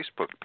Facebook